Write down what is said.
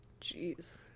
Jeez